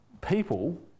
people